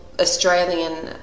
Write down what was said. Australian